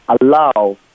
allow